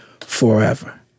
forever